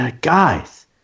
Guys